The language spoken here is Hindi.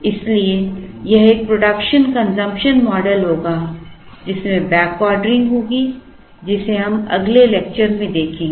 इसलिए यह एक प्रोडक्शन कन्सम्प्शन मॉडल होगा जिसमें बैकऑर्डरिंग होगी जिसे हम अगले लेक्चर में देखेंगे